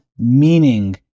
meaning